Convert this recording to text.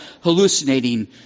hallucinating